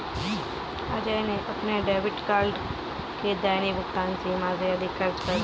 अजय ने अपने debit card की दैनिक भुगतान सीमा से अधिक खर्च कर दिया